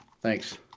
thanks